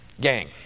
gang